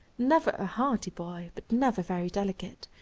never a hearty boy but never very delicate,